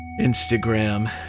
Instagram